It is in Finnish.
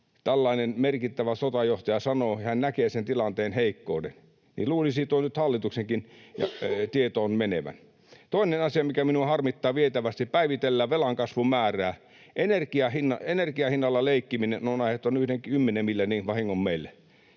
tällainen merkittävä sotajohtaja sanoo, ja kun hän näkee sen tilanteen heikkouden, niin luulisi tuon nyt hallituksenkin tietoon menevän. Toinen asia, mikä minua harmittaa vietävästi: päivitellään velankasvun määrää. Energian hinnalla leikkiminen on aiheuttanut 10 miljardin vahingon meille.